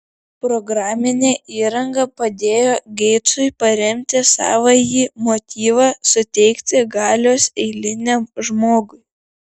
programinė įranga padėjo geitsui paremti savąjį motyvą suteikti galios eiliniam žmogui